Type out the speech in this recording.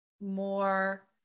more